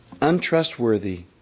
Untrustworthy